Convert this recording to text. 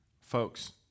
Folks